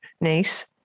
Nice